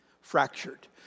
Fractured